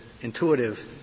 intuitive